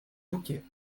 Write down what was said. bouquet